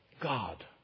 God